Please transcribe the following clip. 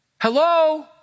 Hello